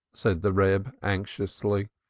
said the reb anxiously.